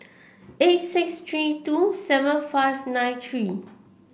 eight six three two seven five nine three